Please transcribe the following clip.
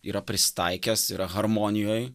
yra prisitaikęs yra harmonijoj